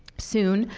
soon,